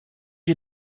you